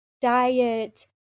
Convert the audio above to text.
diet